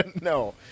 No